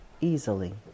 easily